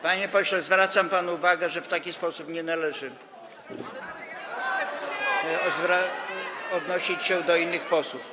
Panie pośle, zwracam panu uwagę, że w taki sposób nie należy odnosić się do innych posłów.